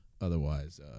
Otherwise